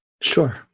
Sure